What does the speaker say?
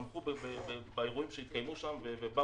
ששמחו באירועים שהתקיימו שם ובאו